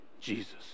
Jesus